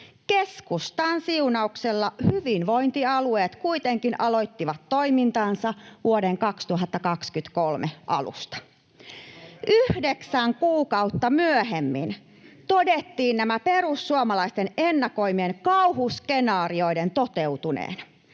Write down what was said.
Keskustan siunauksella hyvinvointialueet kuitenkin aloittivat toimintansa vuoden 2023 alusta. Yhdeksän kuukautta myöhemmin todettiin näiden perussuomalaisten ennakoimien kauhuskenaarioiden toteutuneen.